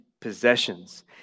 possessions